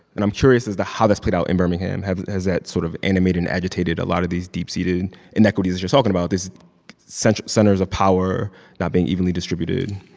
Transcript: and i'm curious as to how that's played out in birmingham. has has that sort of animated and agitated a lot of these deep-seated inequities that you're talking about, this centers centers of power not being evenly distributed?